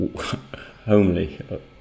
Homely